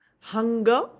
hunger